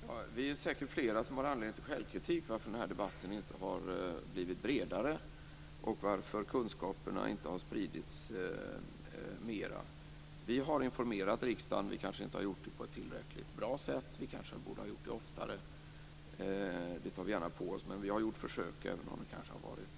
Herr talman! Det är säkert flera av oss som har anledning till självkritik för att den här debatten inte har blivit bredare och för att kunskaperna inte har spritts mera. Vi har informerat riksdagen. Vi har kanske inte gjort det på ett tillräckligt bra sätt och borde måhända ha gjort det oftare - det tar vi gärna på oss - men vi har gjort försök, även om de möjligen har varit